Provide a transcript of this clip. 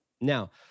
Now